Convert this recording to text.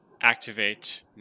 activate